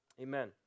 amen